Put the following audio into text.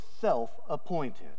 self-appointed